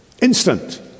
Instant